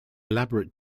elaborate